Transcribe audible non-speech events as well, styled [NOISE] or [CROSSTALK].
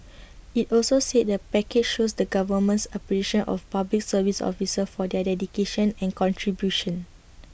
[NOISE] IT also said the package shows the government's appreciation of Public Service officers for their dedication and contribution